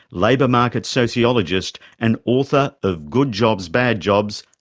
labour market sociologist and author of good jobs, bad jobs,